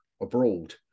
abroad